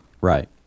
Right